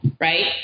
right